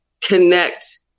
connect